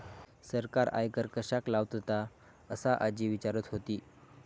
सरकार आयकर कश्याक लावतता? असा आजी विचारत होती